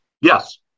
Yes